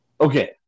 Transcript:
okay